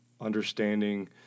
understanding